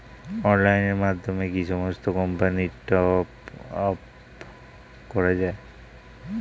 অনলাইনের মাধ্যমে কি সমস্ত কোম্পানির টপ আপ করা যায়?